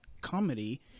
comedy